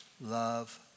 love